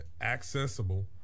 accessible